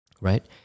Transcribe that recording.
right